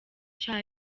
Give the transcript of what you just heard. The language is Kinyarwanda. cya